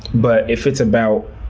but if it's about